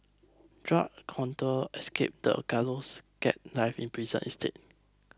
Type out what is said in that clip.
drug counter escapes the gallows gets life in prison instead